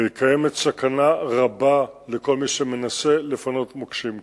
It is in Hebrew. וקיימת סכנה רבה לכל מי שמנסה לפנות מוקשים כאלה.